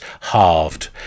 halved